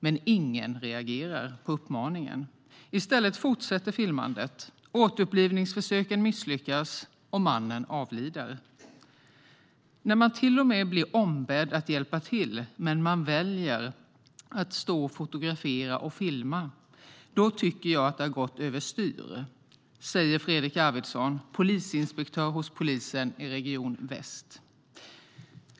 Men ingen reagerar på uppmaningen, i stället fortsätter filmandet. Återupplivningsförsöken misslyckas och mannen avlider. - När man till och med blir ombedd att hjälpa till, men man väljer att stå och fotografera och filma, då tycker jag att det har gått överstyr, säger Fredrik Arvidsson, polisinspektör på polisen i region väst."